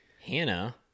Hannah